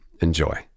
Enjoy